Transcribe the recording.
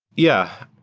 yeah.